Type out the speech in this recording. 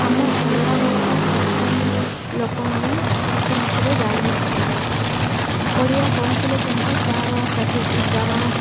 ଆମ ଓଡ଼ିଆ ଭାଷା ପ୍ରଥମେ ଲୋକମାନେ ଶିଖିନଥିଲେ ଜାଣିନଥିଲେ ଓଡ଼ିଆ କହୁଥିଲେ କିନ୍ତୁ ତାହାର ସଠିକ୍ ଉଚ୍ଚାରଣ